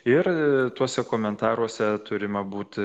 ir tuose komentaruose turima būti